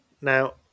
Now